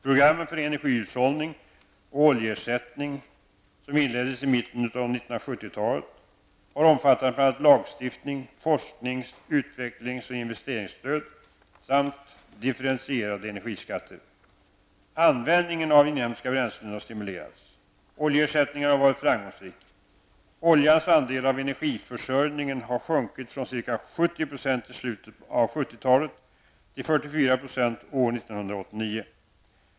Programmen för energihushållning och oljeersättning, som inleddes i mitten av 1970-talet, har omfattat bl.a. lagstiftning, forsknings-, utvecklings och investeringsstöd samt differentierade energiskatter. Användningen av inhemska bränslen har stimulerats. Oljeersättningen har varit framgångsrik. Oljans andel av energiförsörjningen har sjunkit från ca 70 % i slutet av 1970-talet till 44 % år 1989.